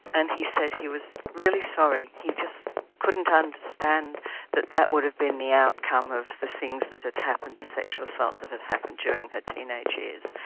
and he said he was really sorry. he just couldn't understand and that that would have been the outcome of the things that had happened, the sexual assaults that had happened during her teenage years.